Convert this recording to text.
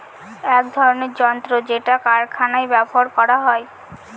এক ধরনের যন্ত্র যেটা কারখানায় ব্যবহার করা হয়